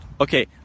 Okay